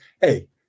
hey